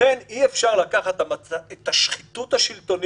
זה תפקידכם, אתם מבצעים אותו נאמנה.